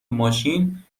ماشین